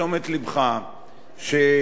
שחוק לשון הרע